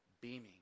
beaming